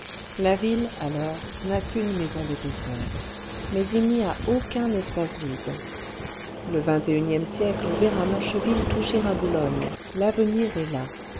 la ville alors n'a qu'une maison d'épaisseur mais il n'y a aucun espace vide le xxie siècle verra mancheville toucher à boulogne l'avenir est là